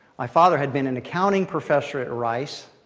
my father had been an accounting professor at rice,